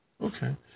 Okay